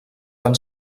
fan